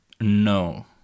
No